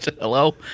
Hello